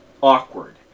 awkward